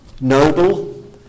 noble